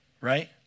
right